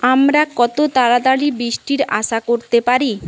আমরা কত তাড়াতাড়ি বৃষ্টির আশা করতে পারি